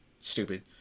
stupid